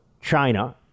China